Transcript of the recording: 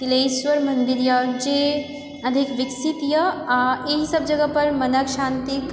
तिलेश्वर मन्दिरए जे अधिक विकसितए आ यहीसभ जगह पर मनक शान्तिक